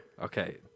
Okay